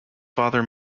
father